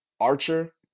Archer